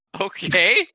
Okay